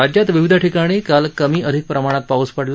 राज्यात विविध ठिकाणी काल कमी अधिक प्रमाणात पाऊस पडला